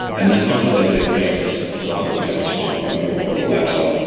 and that's not to say that it's going to supplant you know the smart phone or or the laptop,